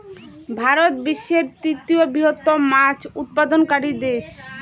ভারত বিশ্বের তৃতীয় বৃহত্তম মাছ উৎপাদনকারী দেশ